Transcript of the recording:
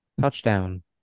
Touchdown